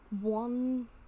one